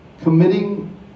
Committing